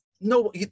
no